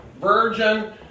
Virgin